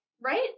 Right